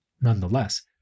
Nonetheless